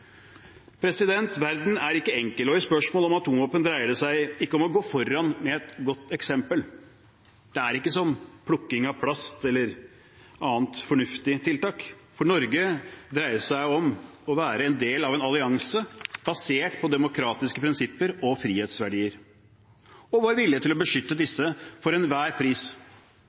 Verden er ikke enkel, og i spørsmålet om atomvåpen dreier det seg ikke om å gå foran med et godt eksempel. Det er ikke som plukking av plast eller andre fornuftige tiltak. For Norge dreier det seg om å være en del av en allianse, basert på demokratiske prinsipper og frihetsverdier, og å være villig til å beskytte disse for enhver pris.